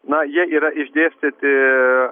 na jie yra išdėstyti